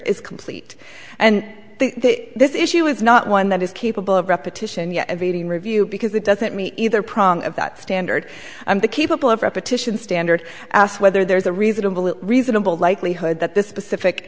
is complete and this issue is not one that is capable of repetition yet evading review because it doesn't mean either prong of that standard i'm capable of repetition standard asked whether there's a reasonable reasonable likelihood that this specific